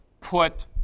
put